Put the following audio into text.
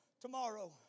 tomorrow